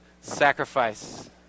sacrifice